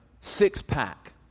six-pack